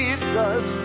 Jesus